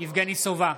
יבגני סובה,